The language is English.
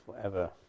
forever